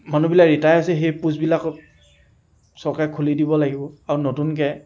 মানুহবিলাক ৰিটায়াৰ হৈছে সেই প'ষ্টবিলাকক চৰকাৰে খুলি দিব লাগিব আৰু নতুনকৈ